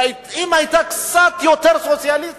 אם היא היתה קצת יותר סוציאליסטית,